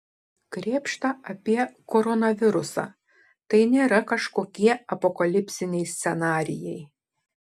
krėpšta apie koronavirusą tai nėra kažkokie apokalipsiniai scenarijai